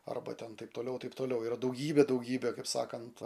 arba ten taip toliau taip toliau yra daugybė daugybė kaip sakant